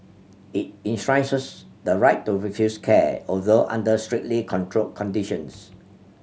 it enshrines the right to refuse care although under strictly controlled conditions